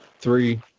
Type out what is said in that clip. Three